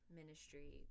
ministry